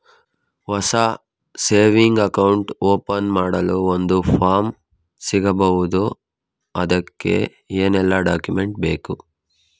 ಹೊಸ saving account open ಮಾಡಲು ಒಂದು ಫಾರ್ಮ್ ಸಿಗಬಹುದು? ಅದಕ್ಕೆ ಏನೆಲ್ಲಾ ಡಾಕ್ಯುಮೆಂಟ್ಸ್ ಬೇಕು?